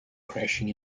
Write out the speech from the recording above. crashing